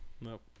Nope